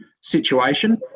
situation